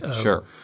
Sure